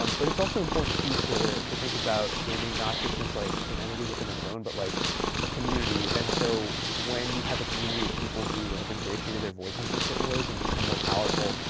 um but it's also important to to think about gaming not just as like an entity within its own, but like a community, and so when you have a community of people who have ingratiated their voices in certain ways and become more powerful,